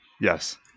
Yes